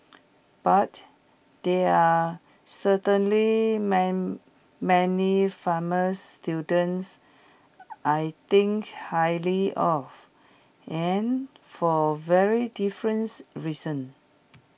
but there are certainly man many former students I think highly of and for very difference reasons